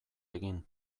egin